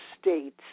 states